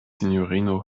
sinjorino